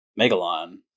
Megalon